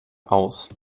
aus